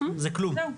זה כלום.